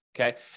Okay